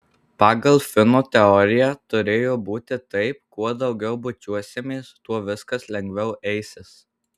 pagal fino teoriją turėjo būti taip kuo daugiau bučiuosimės tuo viskas lengviau eisis